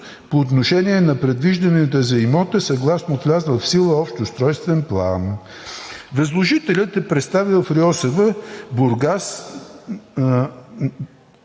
по отношение на предвижданията за имота, съгласно влязъл в сила общ устройствен план. Възложителят е представил в РИОСВ – Бургас,